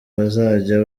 bazajya